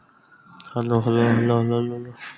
मोर जमा राशि का हरय?